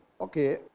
Okay